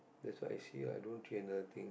that's why I see lah i don't see another thing